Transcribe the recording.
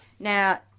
Now